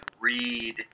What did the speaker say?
read